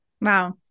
Wow